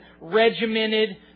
regimented